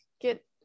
get